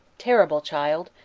terrible child,